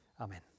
Amen